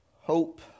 Hope